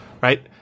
right